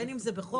בין אם זה בחוק.